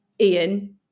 Ian